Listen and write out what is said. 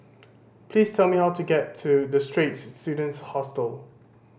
please tell me how to get to The Straits Students Hostel